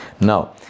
Now